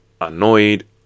annoyed